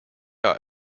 are